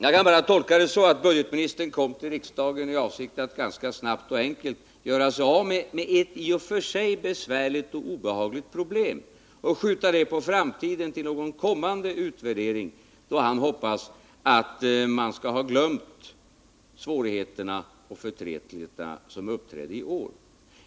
Jag kan bara tolka det så att Ingemar Mundebo kom till riksdagen i avsikt att snabbt och enkelt göra sig av med ett i och för sig besvärligt och obehagligt problem och skjuta det till någon utvärdering i framtiden, då han hoppas att man skall ha glömt de svårigheter och de förtretligheter som uppträtt i år.